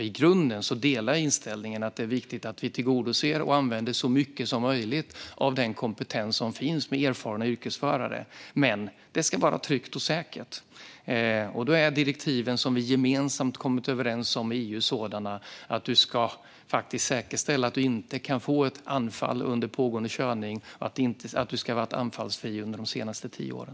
I grunden delar jag nämligen inställningen att det är viktigt att vi använder så mycket som möjligt av den kompetens som finns i fråga om erfarna yrkesförare, men det ska vara tryggt och säkert. Direktiven som vi gemensamt har kommit överens om i EU är sådana att man faktiskt ska säkerställa att man inte kan få ett anfall under pågående körning. Man ska ha varit anfallsfri under de senaste tio åren.